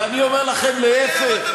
ואני אומר לכם: להפך.